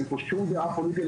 אין פה שום דעה פוליטית.